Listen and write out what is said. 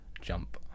jump